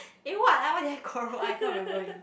eh what ah what did I quarrel I can't remember already